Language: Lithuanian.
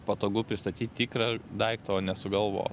patogu pristatyt tikrą daiktą o ne sugalvotą